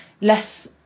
less